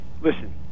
listen